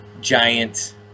giant